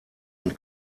und